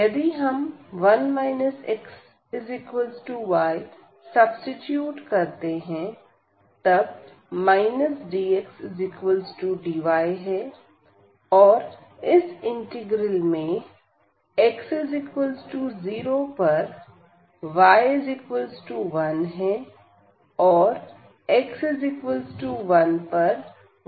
यदि हम 1 xy substitute करते हैं तब dxdy और इस इंटीग्रल में x 0 पर y1और x1 पर y0 है